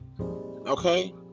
Okay